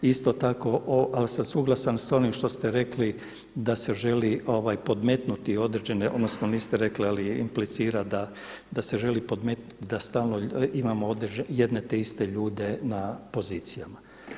Isto tako, ali sam suglasan sa onim što ste rekli da se želi podmetnuti određene, odnosno niste rekli, ali implicira da se želi podmetnuti, da stalno imamo jedne te iste ljude na pozicijama.